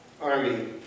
army